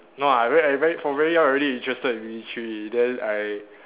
no I very I very from very young already interested in military then I